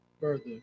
further